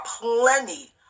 plenty